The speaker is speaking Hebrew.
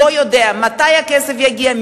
לא יודע מתי הכסף יגיע,